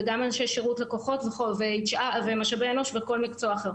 גם אנשי שירות לקוחות ומשאבי אנוש וכל מקצוע אחר.